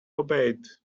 obeyed